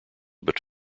but